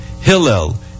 Hillel